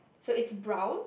so it's brown